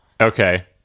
Okay